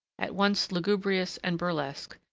at once lugubrious and burlesque,